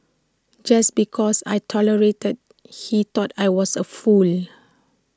just because I tolerated he thought I was A fool